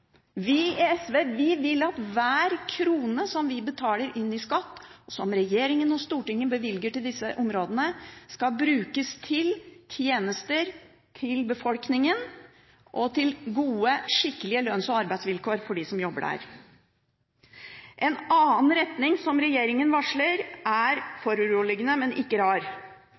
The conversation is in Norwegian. Vi i SV vil at hver krone som vi betaler inn i skatt, som regjeringen og Stortinget bevilger til disse områdene, skal brukes til tjenester til befolkningen og til gode, skikkelige lønns- og arbeidsvilkår for dem som jobber der. En annen retning som regjeringen varsler, er foruroligende, men ikke rar,